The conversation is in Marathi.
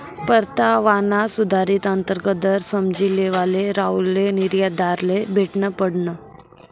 परतावाना सुधारित अंतर्गत दर समझी लेवाले राहुलले निर्यातदारले भेटनं पडनं